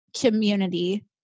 community